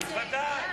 ודאי.